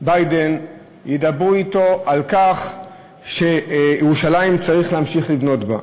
ביידן ידברו אתו על כך שירושלים צריך להמשיך לבנות בה.